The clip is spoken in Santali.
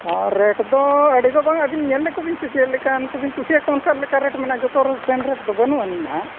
ᱟᱨ ᱨᱮᱴᱹᱫᱚ ᱟᱹᱰᱤᱫᱚ ᱵᱟᱝ ᱟᱵᱤᱱ ᱧᱮᱞ ᱞᱮᱠᱚᱵᱤᱱ ᱥᱮ ᱪᱮᱫᱞᱮᱠᱟᱱ ᱠᱚᱵᱤᱱ ᱠᱩᱥᱤᱭᱟᱠᱚ ᱚᱱᱠᱟᱞᱮᱠᱟ ᱨᱮᱹᱴ ᱢᱮᱱᱟᱜᱼᱟ ᱡᱚᱛᱚᱨᱮ ᱥᱮᱹᱢ ᱨᱮᱹᱴᱫᱚ ᱵᱟᱹᱱᱩᱜ ᱟᱹᱱᱤᱡ ᱱᱟᱦᱟᱜ